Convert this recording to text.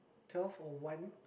twelve or one